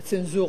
הצנזורה.